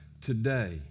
today